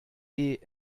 ist